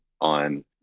on